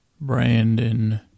Brandon